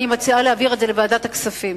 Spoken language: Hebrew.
אני מציעה להעביר את זה לוועדת הכספים.